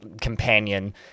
companion